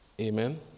Amen